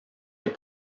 les